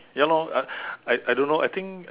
ya lor I I I don't know I think